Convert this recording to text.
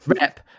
rep